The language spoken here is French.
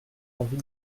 envie